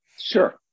Sure